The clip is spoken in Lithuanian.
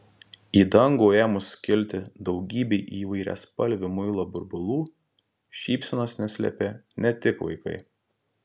į dangų ėmus kilti daugybei įvairiaspalvių muilo burbulų šypsenos neslėpė ne tik vaikai